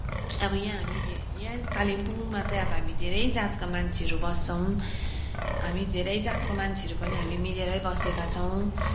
अब यहाँ हामी धेरै यहाँ कालिम्पोङमा चाहिँ अब हामी धेरै जातका मान्छेहरू बस्छौँ हामी धेरै जातको मान्छेहरू पनि हामी मिलेरै बसेका छौँ